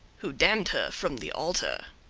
who damned her from the altar!